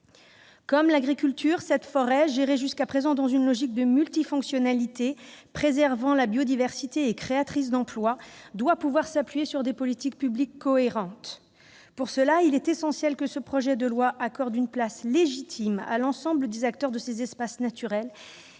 Comme l'agriculture, cette forêt, gérée jusqu'à présent dans une logique multifonctionnelle, préservant la biodiversité et créatrice d'emplois, doit pouvoir s'appuyer sur des politiques publiques cohérentes. Pour cela, il est essentiel que ce projet de loi accorde une place légitime à l'ensemble des acteurs de ces espaces naturels,